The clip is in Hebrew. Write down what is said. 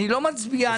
-- אני לא מצביעה נגדו.